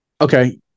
Okay